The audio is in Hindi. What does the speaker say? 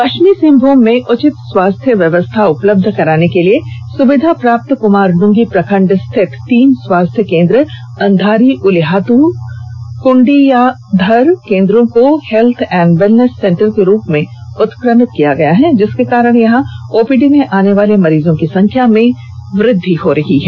पा चमी सिंहभूम में उचित स्वास्थ्य व्यवस्था उपलब्ध करवाने के लिए सुविधा प्राप्त कुमारडुंगी प्रखंड स्थित तीन स्वास्थ्य केंद्र अंधारी उलीहातु कुन्डीयाधर केंद्रो को हेल्थ एंड वैलनेस सेंटर के रूप में उत्क्रमित किया गया है जिसके कारण यहां ओपीडी में आने वाले मरीजों की संख्या में वृद्धि हो रही है